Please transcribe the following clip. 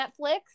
Netflix